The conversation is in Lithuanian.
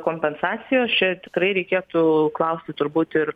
kompensacijos čia tikrai reikėtų klausti turbūt ir